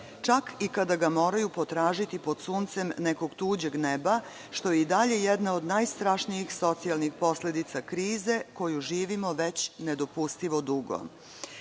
čak i kada ga moraju potražiti pod suncem nekog tuđeg neba, što je i dalje jedna od najstrašnijih socijalnih posledica krize koju živimo već nedopustivo dugo,